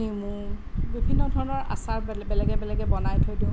নেমু বিভিন্ন ধৰণৰ আচাৰ বেলেগে বেলেগে বনাই থৈ দিওঁ